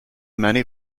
many